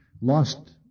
lost